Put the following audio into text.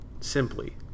simply